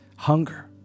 Hunger